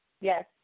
Yes